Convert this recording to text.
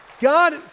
God